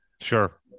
Sure